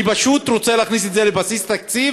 אני רוצה פשוט להכניס את זה לבסיס התקציב,